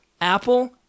Apple